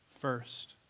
first